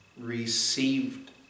received